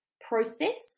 Process